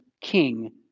king